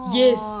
yes